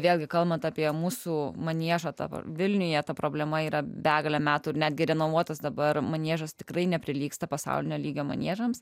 vėlgi kalbant apie mūsų maniežą tavo vilniuje ta problema yra begalę metų ir netgi renovuotas dabar maniežas tikrai neprilygsta pasaulinio lygio maniežams